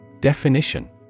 Definition